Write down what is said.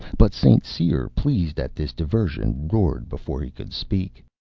but st. cyr, pleased at this diversion, roared before he could speak.